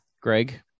Greg